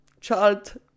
child